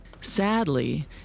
Sadly